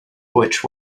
which